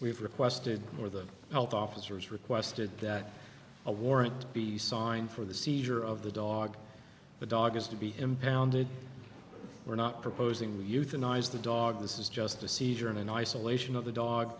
we've requested for the health officers requested that a warrant be signed for the seizure of the dog the dog has to be impounded we're not proposing we euthanize the dog this is just a seizure in an isolation of the dog